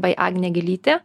bai agnė gilytė